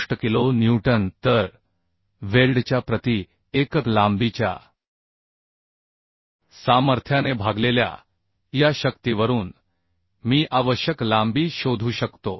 67 kilo newton तर वेल्डच्या प्रति एकक लांबीच्या सामर्थ्याने भागलेल्या या शक्तीवरून मी आवश्यक लांबी शोधू शकतो